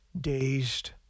dazed